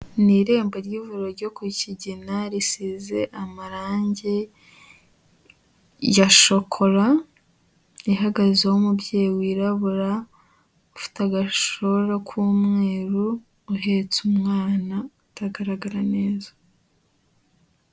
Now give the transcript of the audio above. Ni irembo ry'ivuriro ryo ku Kigina risize amarangi ya shokora, rihagazeho umubyeyi wirabura ufite agashora k'umweru uhetse umwana utagaragara neza.